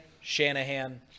Shanahan